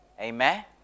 Amen